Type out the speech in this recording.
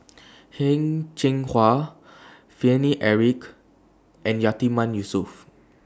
Heng Cheng Hwa Paine Eric and Yatiman Yusof